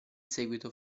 seguito